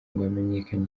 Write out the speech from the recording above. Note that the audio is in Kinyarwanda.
hamenyekane